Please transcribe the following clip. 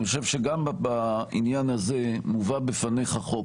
אני חושב שגם בעניין הזה מובא בפניך חוק,